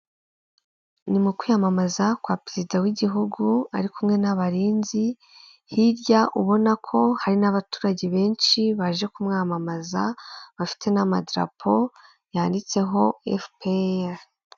Ni mu kwiyamamaza kwa perezida w'igihugu ari kumwe n'abarinzi, hirya ubona ko hari n'abaturage benshi baje kumwamamaza bafite n'amadarapo yanditseho efuperi.